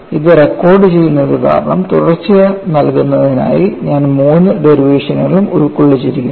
ഇത് റെക്കോർഡു ചെയ്യുന്നത് കാരണം തുടർച്ച നൽകുന്നതിനായി ഞാൻ മൂന്ന് ഡെറിവേറ്റേഷനുകൾ ഉൾക്കൊള്ളിച്ചിരിക്കുന്നു